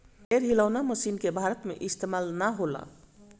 पेड़ हिलौना मशीन के भारत में इस्तेमाल ना होला